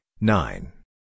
nine